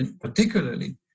particularly